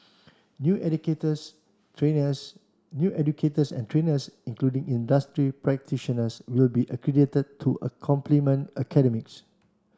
new educators trainers new educators and trainers including industry practitioners will be accredited to a complement academics